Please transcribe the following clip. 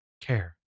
care